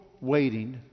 waiting